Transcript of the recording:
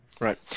Right